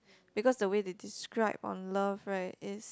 because the way they describe on love right is